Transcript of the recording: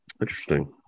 Interesting